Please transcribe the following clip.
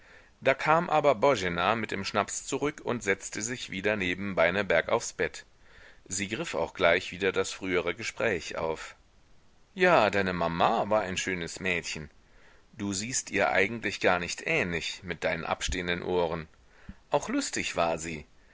da kam aber boena mit dem schnaps zurück und setzte sich wieder neben beineberg aufs bett sie griff auch gleich wieder das frühere gespräch auf ja deine mama war ein schönes mädchen du siehst ihr eigentlich gar nicht ähnlich mit deinen abstehenden ohren auch lustig war sie